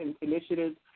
initiatives